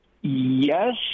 Yes